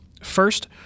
First